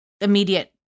immediate